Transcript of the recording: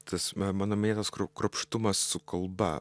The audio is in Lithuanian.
tas mano minėtas kruo kruopštumas su kalba